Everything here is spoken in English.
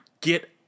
get